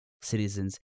citizens